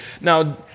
Now